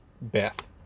Beth